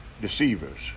deceivers